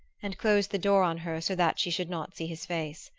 and closed the door on her so that she should not see his face.